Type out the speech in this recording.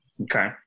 Okay